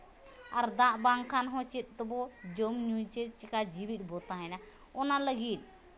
ᱟᱨ ᱫᱟᱜ ᱵᱟᱝᱠᱷᱟᱱ ᱦᱚᱸ ᱪᱮᱫ ᱛᱮᱵᱚ ᱡᱚᱢ ᱧᱩᱭᱟ ᱪᱮᱫ ᱪᱤᱠᱟ ᱡᱤᱣᱮᱫ ᱵᱚᱱ ᱛᱟᱦᱮᱱᱟ ᱚᱱᱟ ᱞᱟᱹᱜᱤᱫ